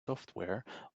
software